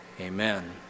Amen